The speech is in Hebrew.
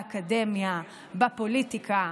באקדמיה, בפוליטיקה?